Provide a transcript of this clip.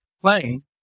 playing